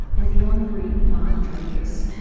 and the honorary mark dreyfus.